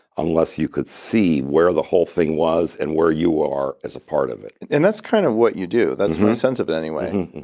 unless you could see where the whole thing was and where you are as a part of it. and that's kind of what you do. that's my sense of it anyway.